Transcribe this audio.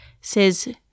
says